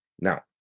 Now